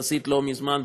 יחסית לא מזמן,